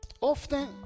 Often